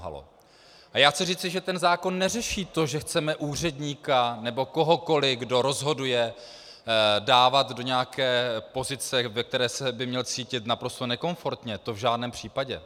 A já chci říci, že ten zákon neřeší to, že chceme úředníka nebo kohokoliv, kdo rozhoduje, dávat do nějaké pozice, ve které by se měl cítit naprosto nekomfortně, to v žádném případě.